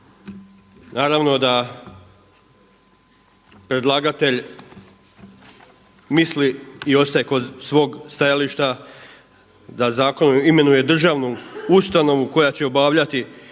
Naravno da predlagatelj misli i ostaje kod svog stajališta da zakon imenuje državnu ustanovu koja će obavljati